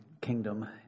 kingdom